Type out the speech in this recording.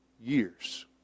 years